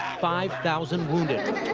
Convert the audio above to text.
five thousand wounded.